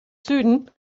süden